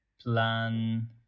plan